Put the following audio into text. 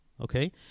okay